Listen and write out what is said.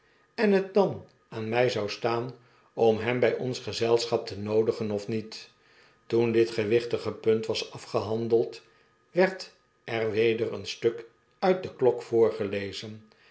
en het dan aan my zou staan om hem by ons gezelschap tenoodigenofniet toen dit gewichtig punt was afgehandeld werd er weder een stuk nit de klok voorgelezen